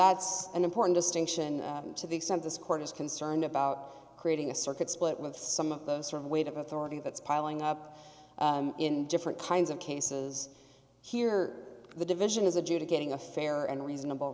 that's an important distinction to the extent this court is concerned about creating a circuit split with some of the sort of weight of authority that's piling up in different kinds of cases here the division is a judah getting a fair and reasonable